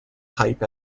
hype